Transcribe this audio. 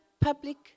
public